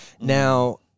Now